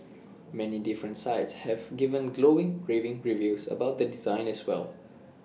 many different sites have given glowing raving reviews about the design as well